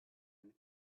and